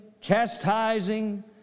chastising